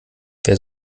wer